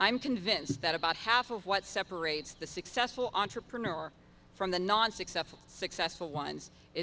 i'm convinced that about half of what separates the successful entrepreneur from the non successful successful ones is